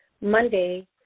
Monday